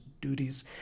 duties